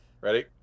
Ready